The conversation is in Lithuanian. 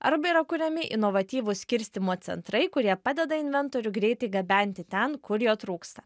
arba yra kuriami inovatyvūs skirstymo centrai kurie padeda inventorių greitai gabenti ten kur jo trūksta